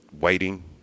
waiting